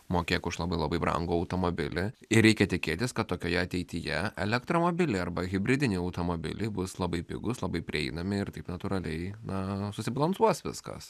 mokėk už labai labai brangų automobilį ir reikia tikėtis kad tokioje ateityje elektromobiliai arba hibridiniai automobiliai bus labai pigūs labai prieinami ir taip natūraliai na susibalansuos viskas